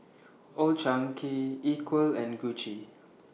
Old Chang Kee Equal and Gucci